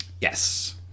Yes